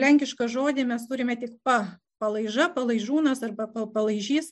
lenkišką žodį mes turime tik pa palaiža palaižūnas arba pa palaižys